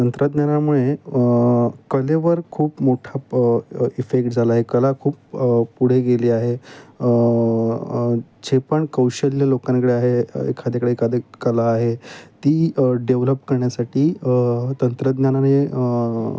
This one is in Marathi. तंत्रज्ञानामुळे कलेवर खूप मोठा प इफेक्ट झाला आहे कला खूप पुढे गेली आहे जे पण कौशल्य लोकांकडे आहे एखाद्याकडे एखादी कला आहे ती डेव्हलप करण्यासाठी तंत्रज्ञानाने